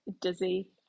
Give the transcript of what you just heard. dizzy